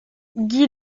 guy